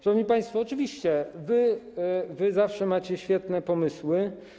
Szanowni państwo, oczywiście wy zawsze macie świetne pomysły.